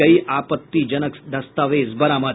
कई आपत्तिजनक दस्तावेज बरामद